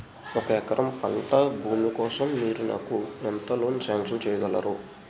ఒక ఎకరం పంట భూమి కోసం మీరు నాకు ఎంత లోన్ సాంక్షన్ చేయగలరు?